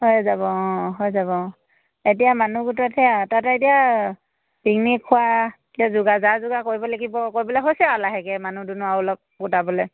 হৈয়ে যাব অঁ হৈ যাব অঁ এতিয়া মানুহ গোটোৱাত সেয়া তাতে এতিয়া পিকনিক খোৱা এতিয়া যোগাৰ যা যোগাৰ কৰিব লাগিব কৰিবলৈ হৈছে আৰু লাহেকৈ মানুহ দুনুহ আৰু অলপ গোটাবলৈ